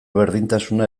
berdintasuna